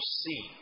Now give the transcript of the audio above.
see